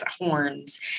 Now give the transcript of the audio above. horns